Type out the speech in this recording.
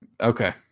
okay